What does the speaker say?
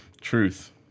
Truth